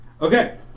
Okay